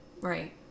Right